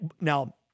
now